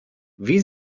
wie